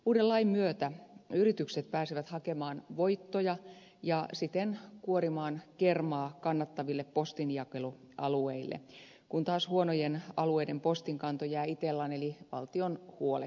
uuden lain myötä yritykset pääsevät hakemaan voittoja ja siten kuorimaan kermaa kannattaville postinjakelualueille kun taas huonojen alueiden postinkanto jää itellan eli valtion huoleksi